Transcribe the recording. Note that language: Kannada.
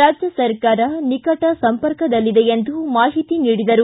ರಾಜ್ಯ ಸರ್ಕಾರ ನಿಕಟ ಸಂಪರ್ಕದಲ್ಲಿದೆ ಎಂದು ಮಾಹಿತಿ ನೀಡಿದರು